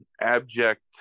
abject